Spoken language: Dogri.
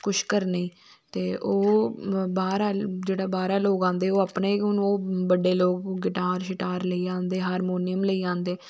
कुछ करने गी ओह् बाहर आहले जेहडे़ बाहरा लोक आंदे ओह् अपना हून ओह् बडे़ लोग गिटार सिटार लेई आंदे हारमुनियम लेई आंदे